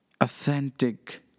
authentic